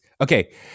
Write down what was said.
Okay